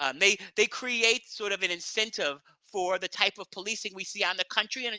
um they they create sort of an incentive for the type of policing we see on the country, and